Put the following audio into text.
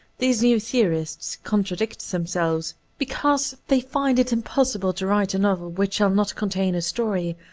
these new theorists con tradict themselves, because they find it impossible to write a novel which shall not contain a story,